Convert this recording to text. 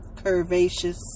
Curvaceous